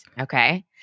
Okay